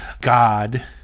God